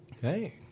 Hey